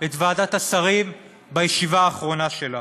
את ועדת השרים בישיבה האחרונה שלה.